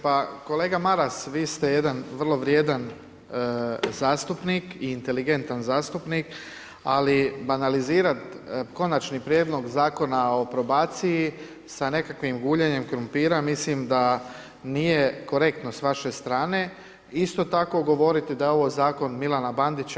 Pa kolega Maras, vi ste jedan vrlo vrijedan zastupnik i inteligentan zastupnik ali banalizirati Konačni prijedlog Zakona o probaciji sa nekakvim guljenjem krumpira, mislim da nije korektno s vaše strane isto tako govoriti da je ovo zakon Milana Bandića.